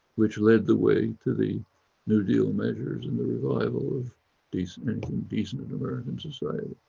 which led the way to the new deal measures and the revival of decent and decent and american society.